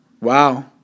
Wow